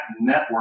network